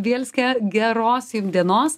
bielskė geros jum dienos